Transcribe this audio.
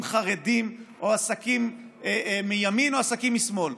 חרדיים או עסקים מימין או עסקים משמאל,